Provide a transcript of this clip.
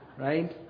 right